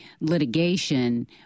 litigation